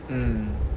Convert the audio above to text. mm